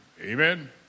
amen